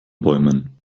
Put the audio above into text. bäumen